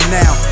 now